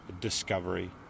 discovery